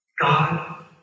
God